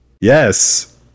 Yes